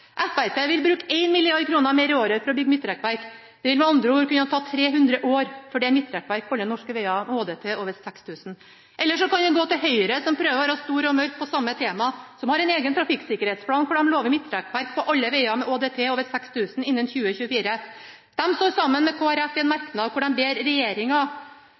Fremskrittspartiet vil bruke 1 mrd. kr mer i året for å bygge midtrekkverk. Det vil med andre ord kunne ta 300 år før det er midtrekkverk på alle norske veger med ÅDT over 6 000. Ellers kan vi gå til Høyre, som prøver å være høye og mørke når det gjelder samme temaet, og som har en egen trafikksikkerhetsplan. De lover midtrekkverk på alle vegene med ÅDT over 6 000 innen 2024. De står sammen med Kristelig Folkeparti bak et forslag hvor de ber regjeringa